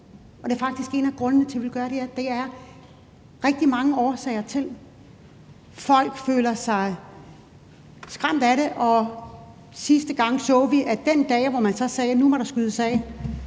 Det er faktisk en af grundene til, at vi gør det her. Der er rigtig mange årsager til det. Folk føler sig skræmt af det, og sidste gang så vi, at den dag, hvor man så sagde, at nu må der skydes af,